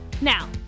Now